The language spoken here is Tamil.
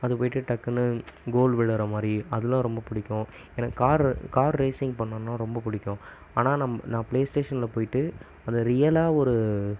அது போகிட்டு டக்குனு கோல் விழகிற மாதிரி அதுலாம் ரொம்ப பிடிக்கும் எனக்கு கார் கார் ரேஸிங் பண்ணணும் ரொம்ப பிடிக்கும் ஆனால் நான் நான் பிளே ஸ்டேஷனில் போகிட்டு அதை ரியலாக ஒரு